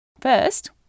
First